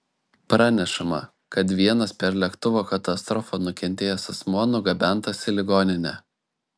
pranešama kad vienas per lėktuvo katastrofą nukentėjęs asmuo nugabentas į ligoninę